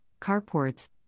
carports